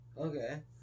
Okay